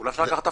עד רגע זה